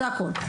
זה הכל.